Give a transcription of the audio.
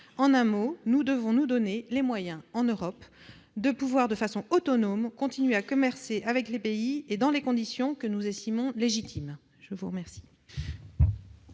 En un mot, nous devons nous donner les moyens, en Europe, de façon autonome, de pouvoir continuer à commercer avec les pays et dans des conditions que nous estimons légitimes. La parole